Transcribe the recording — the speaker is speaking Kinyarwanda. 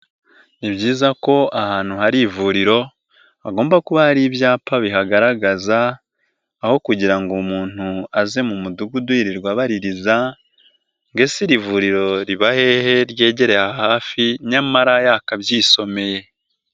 Ni byiza ko ahantu hari ivuriro hagomba kuba hari ibyapa bihagaragaza, aho kugira ngo umuntu aze mu mudugudu yirirwa abaririza ngo ese iri vuriro riba hehe ryegereye aha hafi nyamara yakabyisomeye.